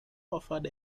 offered